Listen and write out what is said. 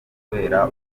kubera